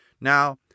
Now